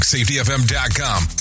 SafetyFM.com